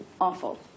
awful